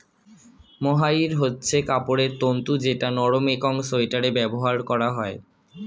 mohair হচ্ছে কাপড়ের তন্তু যেটা নরম একং সোয়াটারে ব্যবহার করা হয়